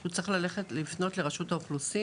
אתה צריך ללכת לפנות לרשות האוכלוסין.